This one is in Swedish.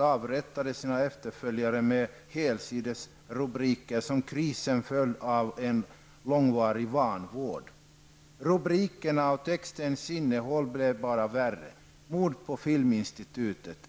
avrättade sina efterföljare med helsidesrubriker som ''Krisen följd av långvarig vanvård''. Rubrikerna och texternas innehåll blev bara värre: ''Mord på Filminstitutet!''